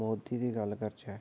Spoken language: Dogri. मोदी दी गल्ल करचै